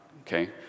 Okay